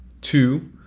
Two